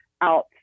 out